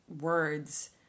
words